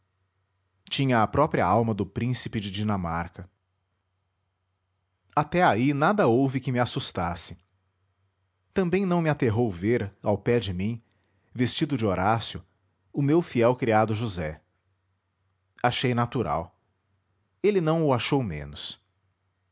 tinha a própria alma do príncipe de dinamarca até aí nada houve que me assustasse também não me aterrou ver ao pé de mim vestido de horácio o meu fiel criado josé achei natural ele não o achou menos